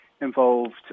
involved